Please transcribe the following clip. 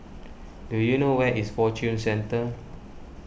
do you know where is Fortune Centre